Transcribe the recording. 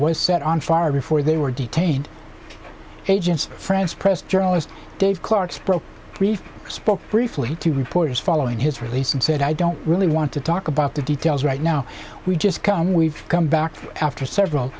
was set on fire before they were detained agents france press journalist dave clark spoke briefly spoke briefly to reporters following his release and said i don't really want to talk about the details right now we just can we've come back after several